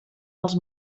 els